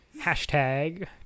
hashtag